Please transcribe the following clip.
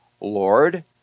Lord